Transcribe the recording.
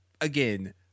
again